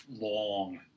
long